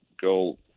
go